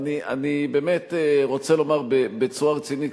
אני באמת רוצה לומר בצורה רצינית,